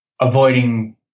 avoiding